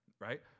right